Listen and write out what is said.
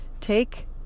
Take